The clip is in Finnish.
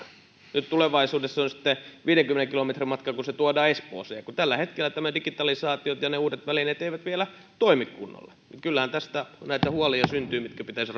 nyt tulevaisuudessa se on sitten viidenkymmenen kilometrin matka kun se tuodaan espooseen kun tällä hetkellä tämä digitalisaatio ja ne uudet välineet eivät vielä toimi kunnolla kyllähän tästä näitä huolia syntyy mitkä pitäisi